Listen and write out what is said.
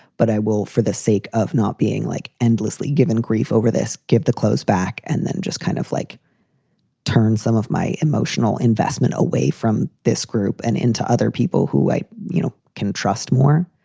but i will for the sake of not being, like, endlessly given grief over this. give the clothes back and then just kind of like turn some of my emotional investment away from this group and into other people who i you know can trust more.